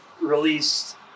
released